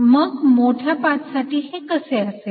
मग मोठ्या पाथ साठी हे कसे असेल